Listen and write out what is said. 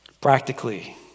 Practically